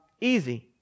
easy